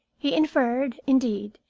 he inferred, indeed,